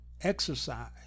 Exercise